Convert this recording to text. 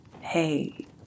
Hey